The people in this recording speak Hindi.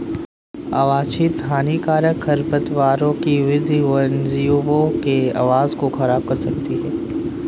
अवांछित हानिकारक खरपतवारों की वृद्धि वन्यजीवों के आवास को ख़राब कर सकती है